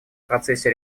процессе